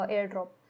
AirDrop